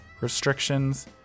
restrictions